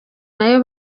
nayo